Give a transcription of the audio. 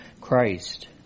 Christ